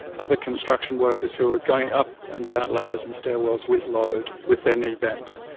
other construction workers who are going up and down ladders and stairwells with load with their knee bent,